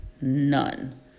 None